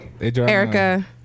Erica